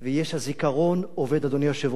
הזיכרון עובד, אדוני היושב-ראש, שעות נוספות.